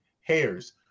hairs